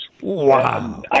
Wow